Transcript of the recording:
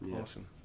awesome